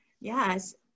Yes